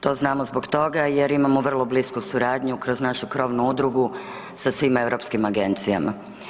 To znamo zbog toga jer imao vrlo blisku suradnju kroz našu krovnu udrugu sa svim europskim agencijama.